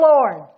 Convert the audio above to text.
Lord